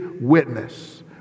witness